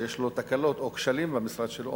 שיש לו תקלות או כשלים במשרד שלו,